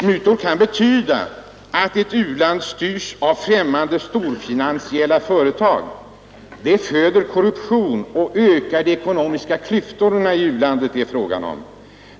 Mutor kan betyda att ett u-land styrs av främmande storfinansiella företag. Det föder korruption och ökar de ekonomiska klyftorna i ifrågavarande u-land.